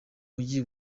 mujyi